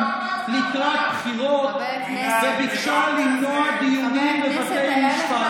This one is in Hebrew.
לקראת בחירות וביקשה למנוע דיונים בבתי משפט.